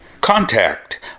Contact